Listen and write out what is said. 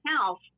House